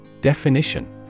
Definition